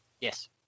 Yes